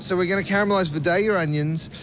so we're going to carmelize vidalia onions,